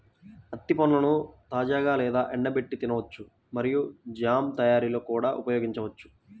అత్తి పండ్లను తాజాగా లేదా ఎండబెట్టి తినవచ్చు మరియు జామ్ తయారీలో కూడా ఉపయోగించవచ్చు